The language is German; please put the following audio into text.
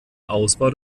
ausbau